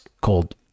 called